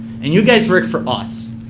and you guys work for us.